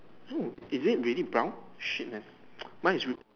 no is it really brown shit man mine is red